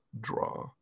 draw